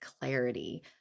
clarity